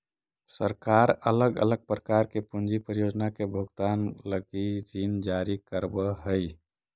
सरकार अलग अलग प्रकार के पूंजी परियोजना के भुगतान लगी ऋण जारी करवऽ हई